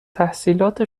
تحصیلات